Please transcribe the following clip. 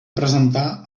presentar